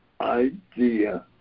idea